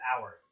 hours